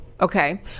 okay